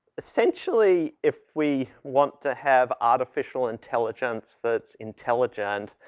essentially if we want to have artificial intelligence that's intelligent,